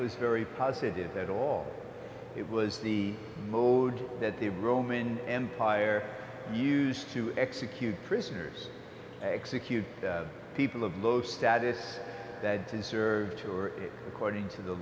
was very positive at all it was the mode that the roman empire used to execute prisoners execute people of low status that deserved or it according to the